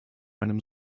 einem